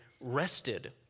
rested